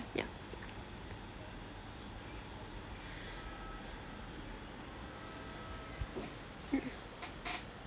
yeah